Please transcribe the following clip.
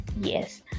yes